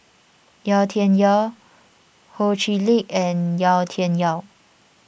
Yau Tian Yau Ho Chee Lick and Yau Tian Yau